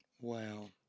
Wow